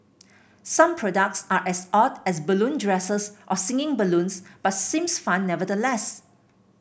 some products are as odd as balloon dresses or singing balloons but seems fun nevertheless